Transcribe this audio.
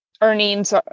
earnings